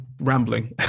rambling